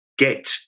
Get